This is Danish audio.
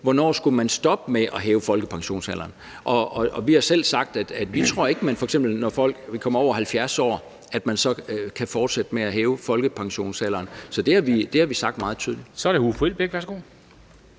hvornår man skal stoppe med at hæve folkepensionsalderen. Og vi har selv sagt, at vi ikke tror, at man, når det gælder folk over 70 år, så kan fortsætte med at hæve folkepensionsalderen. Så det har vi sagt meget tydeligt. Kl. 14:12